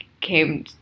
came